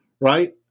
Right